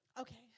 Okay